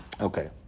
Okay